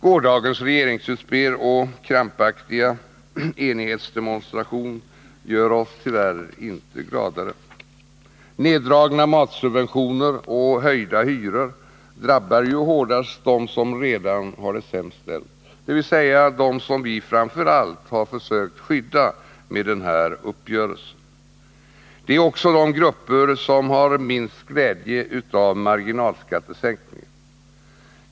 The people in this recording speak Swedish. Gårdagens regeringsutspel och krampaktiga enighetsdemonstration gör oss tyvärr inte gladare. Neddragna matsubventioner och höjda hyror drabbar ju hårdast dem som redan har det sämst ställt, dvs. dem som vi framför allt har försökt skydda med den här uppgörelsen. Det är också dessa grupper som har minst glädje av marginalskattesänkningen.